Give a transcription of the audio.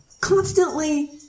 constantly